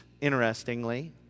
interestingly